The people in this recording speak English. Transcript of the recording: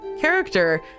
character